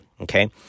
okay